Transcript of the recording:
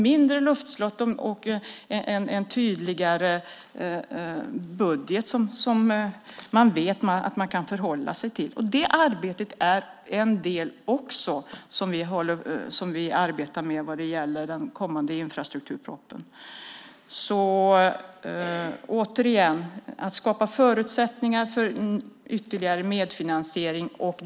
Mindre av luftslott och en tydligare budget som man kan hålla sig till - det är en del av det som vi arbetar med när det gäller den kommande infrastrukturpropositionen. Återigen: Det gäller att skapa förutsättningar för en ytterligare medfinansiering.